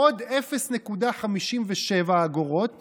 עוד 0.57 אגורות